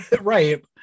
right